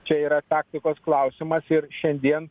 čia yra taktikos klausimas ir šiandien